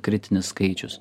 kritinis skaičius